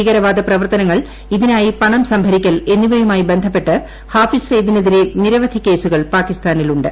ഭീകരവാദ പ്രവർത്തനങ്ങൾ ഇതിനായി പണം സംഭരിക്കൽ എന്നിവയുമായി ബന്ധപ്പെട്ട് ഹാഫിസ് സയിദിനെതിരെ നിരവധി കേസുകൾ പാകിസ്ഥാനിലുണ്ട്